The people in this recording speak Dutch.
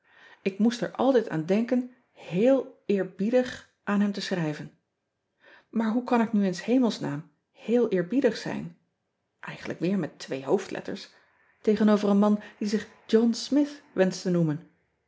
k moest er altijd aan denken eel erbiedig aan hem te schrijven aar hoe kan ik nu in s hemelsnaam heel eerbiedig zijn eigenlijk weer met twee hoofdletters tegenover een man die zich ohn mith wenscht te noemen